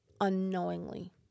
unknowingly